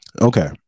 Okay